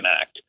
Act